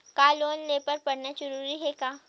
का लोन ले बर पढ़ना जरूरी हे का?